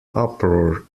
uproar